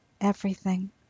Everything